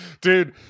dude